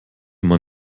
man